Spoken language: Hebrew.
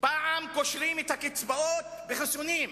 פעם קושרים את הקצבאות בחיסונים,